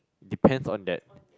depends on that